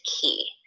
key